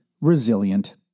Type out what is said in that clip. resilient